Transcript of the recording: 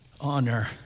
Honor